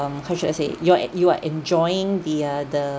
um how should I say you're at you are enjoying the uh the